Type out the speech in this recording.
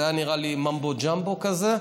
זה היה נראה לי ממבו-ג'מבו כזה,